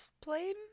plane